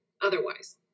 otherwise